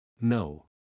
No